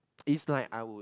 it's like I would